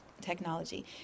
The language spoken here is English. technology